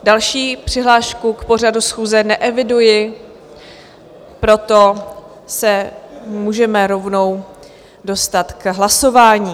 Další přihlášku k pořadu schůze neeviduji, proto se můžeme rovnou dostat k hlasování.